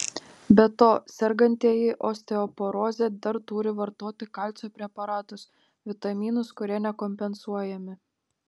be to sergantieji osteoporoze dar turi vartoti kalcio preparatus vitaminus kurie nekompensuojami